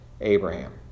Abraham